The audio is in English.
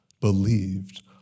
believed